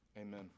Amen